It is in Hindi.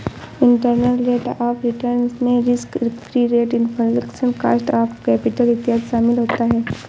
इंटरनल रेट ऑफ रिटर्न में risk free rate, inflation, cost of capital इत्यादि शामिल होता है